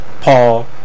Paul